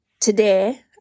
today